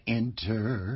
enter